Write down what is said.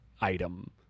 item